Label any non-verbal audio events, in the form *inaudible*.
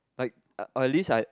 like *noise* at least I